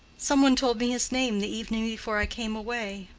some one told me his name the evening before i came away.